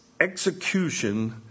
execution